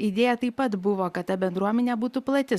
idėja taip pat buvo kad ta bendruomenė būtų plati